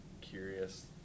curious